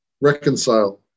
reconcile